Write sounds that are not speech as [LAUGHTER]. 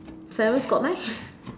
parents got meh [BREATH]